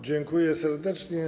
Dziękuję serdecznie.